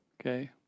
okay